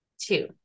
Two